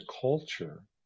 culture